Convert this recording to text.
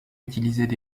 utilisaient